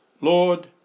Lord